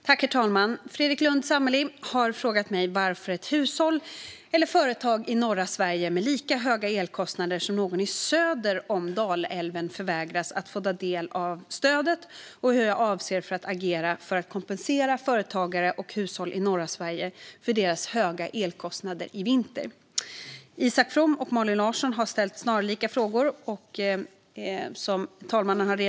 Herr talman! Fredrik Lundh Sammeli har frågat mig varför ett hushåll eller företag i norra Sverige med lika höga elkostnader som någon söder om Dalälven förvägras att få del av stödet och hur jag avser att agera för att kompensera företagare och hushåll i norra Sverige för deras höga elkostnader i vinter. Isak From och Malin Larsson har ställt snarlika frågor.